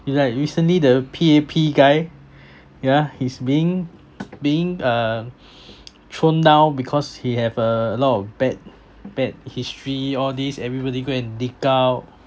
it's like recently the P_A_P guy yeah he's being being uh thrown now because he have uh a lot of bad bad history all these everybody go and dig out